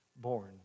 born